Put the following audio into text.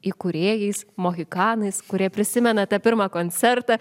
įkūrėjais mohikanais kurie prisimenate pirmą koncertą